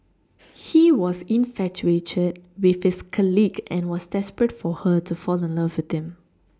he was infatuated with his colleague and was desperate for her to fall in love with him